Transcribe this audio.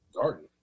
garden